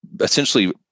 essentially